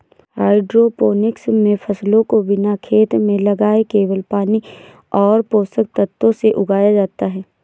hydroponics मे फसलों को बिना खेत में लगाए केवल पानी और पोषक तत्वों से उगाया जाता है